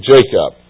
Jacob